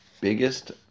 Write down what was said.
biggest